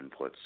inputs